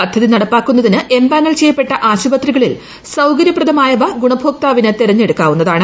പദ്ധതി നടപ്പാക്കുന്നതിന് empanel ചെയ്യപ്പെട്ട ആശുപത്രികളിൽ സൌകര്യപ്രദമായവ ഗുണഭോക്താവിന് തെരഞ്ഞെടുക്കാവുന്നതാണ്